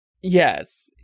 Yes